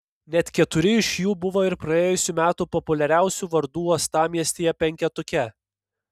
net keturi iš jų buvo ir praėjusių metų populiariausių vardų uostamiestyje penketuke